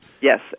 Yes